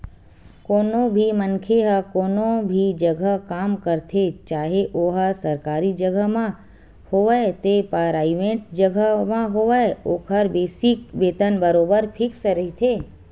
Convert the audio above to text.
कोनो भी मनखे ह कोनो भी जघा काम करथे चाहे ओहा सरकारी जघा म होवय ते पराइवेंट जघा म होवय ओखर बेसिक वेतन बरोबर फिक्स रहिथे